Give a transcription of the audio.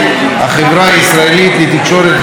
החברה הישראלית לתקשורת בע"מ),